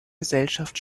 gesellschaft